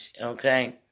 okay